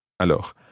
Alors